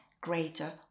greater